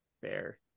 fair